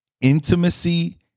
intimacy